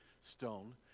stone